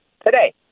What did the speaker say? Today